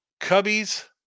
Cubbies